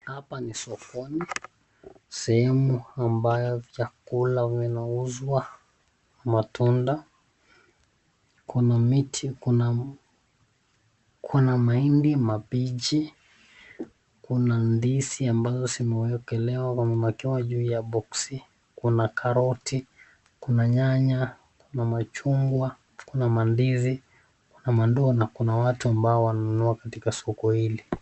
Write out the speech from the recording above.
Hapa ni sokoni sehemu ambayo vyakula huwa inauzwa matunda, kuna miti kuna maembe mabichi, kuna ndizi ambazo zimewekelewa juu ya boksi kuna karoti, kuna nyanya, kuna mchungwa, kuna mandizi, kuna mandoo na kuna watu ambao wananunua katika soko hili.